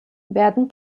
werden